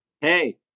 Hey